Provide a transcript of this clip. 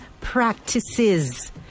practices